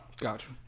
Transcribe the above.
gotcha